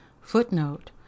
Footnote